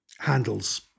handles